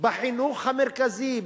בחינוך המרכזי,